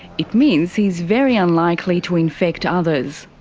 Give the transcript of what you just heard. it means he's very unlikely to infect others.